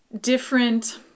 different